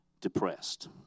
depressed